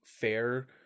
fair